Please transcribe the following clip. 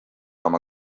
oma